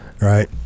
right